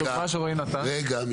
בדוגמא שרואי נתן --- רגע,